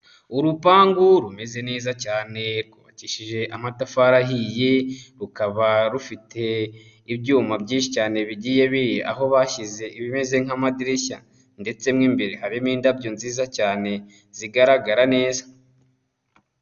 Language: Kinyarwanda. Urupangu rumeze neza cyane rwubakishije amatafari ahiye, rukaba rufite ibyuma byinshi cyane bigiye biri aho bashyize ibimeze nk'amadirishya ndetse mo imbere harimo indabyo nziza cyane zigaragara neza.